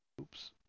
Oops